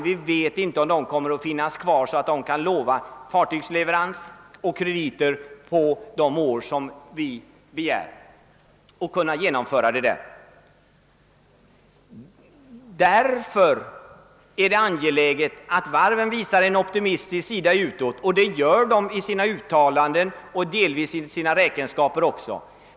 Vi vet inte om de kommer att finnas kvar så att de kan lova fartygsleverans och krediter på de år som vi begär och sedan också genomföra löftet.> Därför är det angeläget att varven visar en optimistisk sida utåt, och det gör de i sina uttalanden och delvis också i sina räkenskaper.